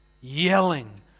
yelling